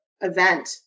event